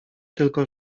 tylko